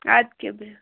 اَدٕ کیاہ بِہو